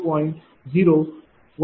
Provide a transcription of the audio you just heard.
0000431730